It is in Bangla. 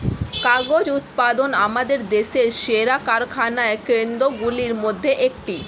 কাগজ উৎপাদন আমাদের দেশের সেরা কারখানা কেন্দ্রগুলির মধ্যে একটি